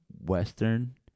Western